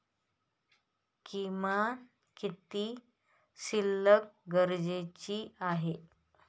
किमान किती शिल्लक गरजेची आहे?